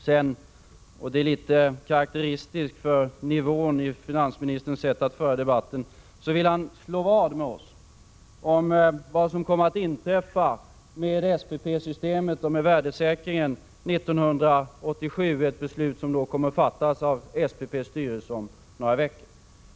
Sedan — och det är karakteristiskt för nivån i finansministerns sätt att föra debatten — vill han slå vad med oss om vad som kommer att inträffa med SPP-systemet och med värdesäkringen 1987. Det gäller ett beslut som kommer att fattas av SPP:s styrelse om några veckor.